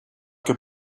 que